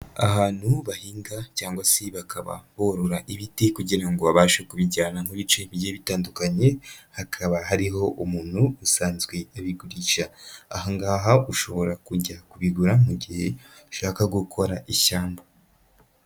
Ahantu bahinga cyangwa se bakaba borora ibiti kugira ngo babashe kubijyana mu bice bigiye bitandukanye, hakaba hariho umuntu usanzwe abigurisha. Aha ngaha ushobora kujya kubigura mu gihe ushaka gukora ishyamba.